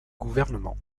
gouvernement